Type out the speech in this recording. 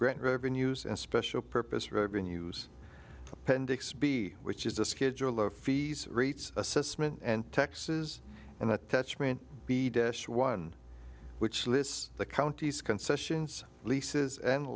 grant revenues and special purpose revenues appendix b which is a schedule of fees rates assessment and taxes and attachment b deaths one which lists the counties concessions leases and